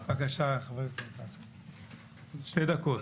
בבקשה, חברת הכנסת גבי לסקי, שתי דקות.